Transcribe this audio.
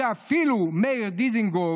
שאפילו מאיר דיזנגוף,